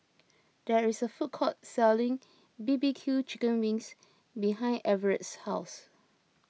there is a food court selling B B Q Chicken Wings behind Everet's house